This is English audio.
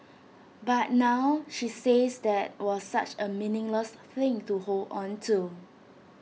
but now she says that was such A meaningless thing to hold on to